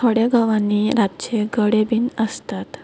थोड्या गांवानी रातचे गडे बीन आसतात